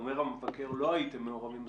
המבקר אומר שלא הייתם מעורבים מספיק.